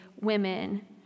women